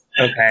Okay